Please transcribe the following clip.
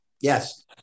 Yes